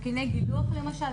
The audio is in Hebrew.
למשל,